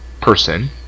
person